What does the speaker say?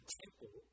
temple